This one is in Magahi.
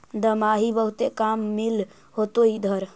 दमाहि बहुते काम मिल होतो इधर?